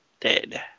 dead